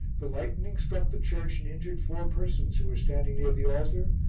the lightning struck the church and injured four persons who were standing near the altar,